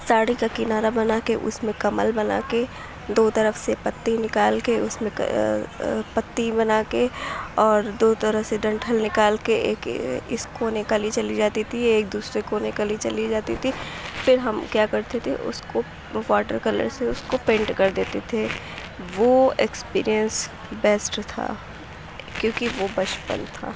ساڑی کا کنارہ بنا کے اس میں کمل بنا کے دو طرف سے پتی نکال کے اس میں پتی بنا کے اور دو طرح سے ڈنٹھل نکال کے ایک اس کونے کلی چلی جاتی تھی ایک دوسرے کونے کلی چلی جاتی تھی پھر ہم کیا کرتے تھے اس کو واٹر کلر سے اس کو پینٹ کر دیتے تھے وہ ایکسپیرئنس بیسٹ تھا کیونکہ وہ بچپن تھا